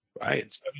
right